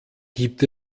gibt